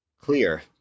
Clear